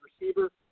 receiver